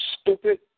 Stupid